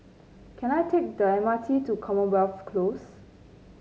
can I take the M R T to Commonwealth Close